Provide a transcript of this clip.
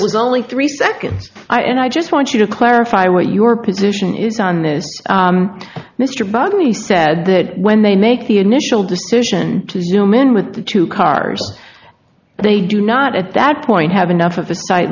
was only three seconds i and i just want you to clarify what your position is on this mr putney said that when they make the initial decision to zoom in with the two cars they do not at that point have enough of a sight